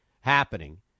happening